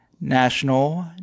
national